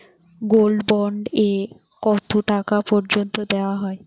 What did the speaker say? Gold bond এ কতো টাকা পর্যন্ত দেওয়া হয়?